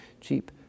cheap